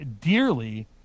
dearly